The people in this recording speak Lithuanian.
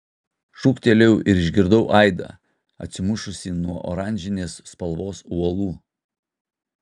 šūktelėjau ir išgirdau aidą atsimušusį nuo oranžinės spalvos uolų